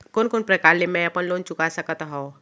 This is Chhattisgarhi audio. कोन कोन प्रकार ले मैं अपन लोन चुका सकत हँव?